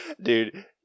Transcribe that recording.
Dude